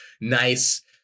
nice